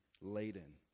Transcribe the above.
laden